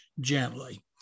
gently